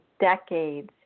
decades